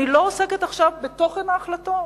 אני לא עוסקת עכשיו בתוכן ההחלטות,